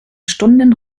stunden